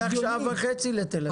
ייקח לך שעה וחצי לתל אביב.